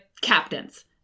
captains